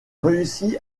réussit